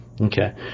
Okay